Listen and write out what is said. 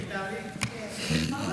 ישראל משלם לי משכורת, אז אני אוותר?